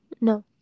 No